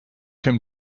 him